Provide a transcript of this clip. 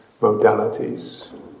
modalities